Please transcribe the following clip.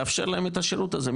לאפשר להם את השירות הזה.